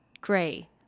gray